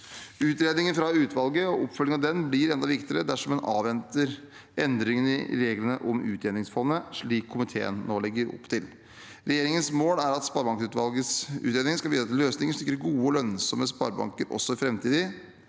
Utredningen fra utvalget og oppfølging av den blir enda viktigere dersom en avventer endringene i reglene om utjevningsfondet, slik komiteen nå legger opp til. Regjeringens mål er at sparebankutvalgets utredning skal bidra til løsninger og sikre gode og lønnsomme sparebanker også i framtiden,